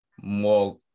more